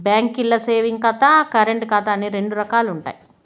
బాంకీల్ల సేవింగ్స్ ఖాతా, కరెంటు ఖాతా అని రెండు రకాలుండాయి